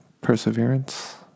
perseverance